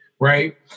right